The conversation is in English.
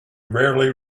rarely